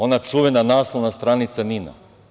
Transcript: Ona čuvena naslovna stranica NIN-a.